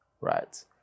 right